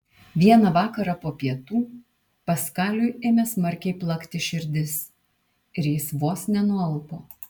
vieną vakarą po pietų paskaliui ėmė smarkiai plakti širdis ir jis vos nenualpo